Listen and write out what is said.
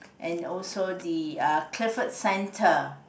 and also the err Clifford Center